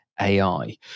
AI